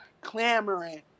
clamoring